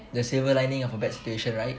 the silver lining of a bad situation right